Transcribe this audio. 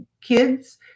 kids